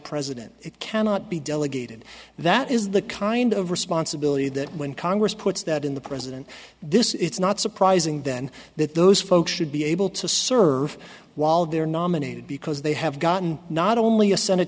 president it cannot be delegated that is the kind of responsibility that when congress puts that in the president this it's not surprising then that those folks should be able to serve while they're nominated because they have gotten not only a senate